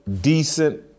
decent